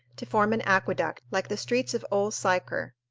to form an aqueduct, like the streets of old sychar.